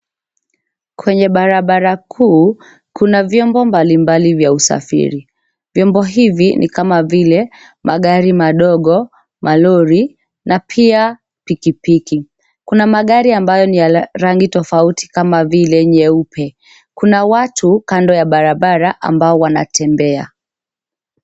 Kwenye barabara kuu kuna vyombo mbalimbali vya usafiri. Vyombo hivi ni kama vile magari madogo, malori na pia pikipiki. Kuna magari ambayo ni ya rangi tofauti kama vile nyeupe. Kuna watu kando ya barabara ambao wanatembea.